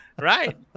Right